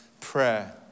prayer